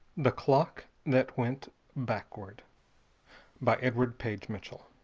the clock that went backward by edward page mitchell